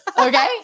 Okay